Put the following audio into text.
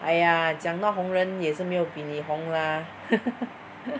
!aiya! 讲到红人也是没有比你红 lah